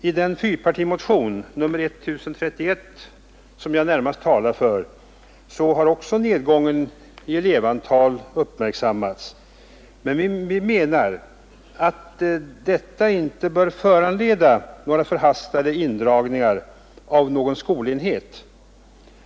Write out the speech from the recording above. I den fyrpartimotion, nr 1031, som jag närmast talar för har också nedgången i elevantal uppmärksammats, men vi menar att denna inte bör föranleda några förhastade indragningar av någon skolenhet.